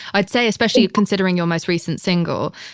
i'd say especially considering your most recent single,